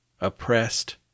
oppressed